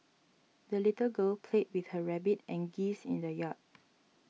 the little girl played with her rabbit and geese in the yard